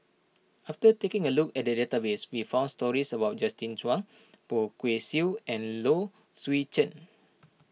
after taking a look at the database we found stories about Justin Zhuang Poh Kay Swee and Low Swee Chen